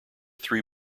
three